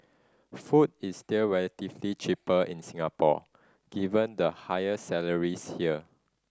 food is still relatively cheaper in Singapore given the higher salaries here